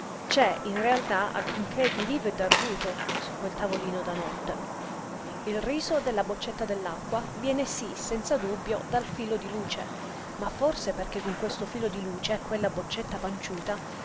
c'è in realtà alcunché di vivo e d'arguto su quel tavolino da notte il riso della boccetta dell'acqua viene sí senza dubbio dal filo di luce ma forse perché con questo filo di luce quella boccetta panciuta